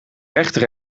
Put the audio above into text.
rechter